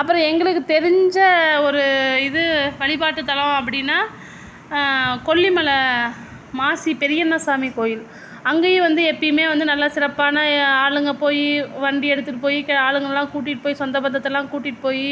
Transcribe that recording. அப்புறம் எங்களுக்கு தெரிஞ்ச ஒரு இது வழிபாட்டுத்தலம் அப்படின்னா கொல்லிமலை மாசி பெரியண்ணசாமி கோயில் அங்கேயும் வந்து எப்போயுமே வந்து நல்ல சிறப்பான ஆளுங்க போய் வண்டியை எடுத்துட்டு போய் க ஆளுங்கள்லாம் கூட்டிட்டு போய் சொந்தபந்தத்தெல்லாம் கூட்டிட்டுப் போய்